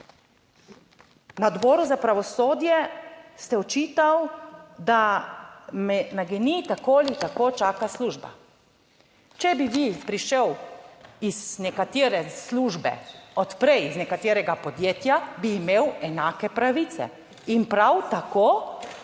Na Odboru za pravosodje ste očital, da me na GEN-I tako ali tako čaka služba. Če bi vi prišel iz nekatere službe, od prej, iz nekaterega podjetja, bi imel enake pravice in prav tako